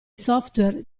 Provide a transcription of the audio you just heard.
software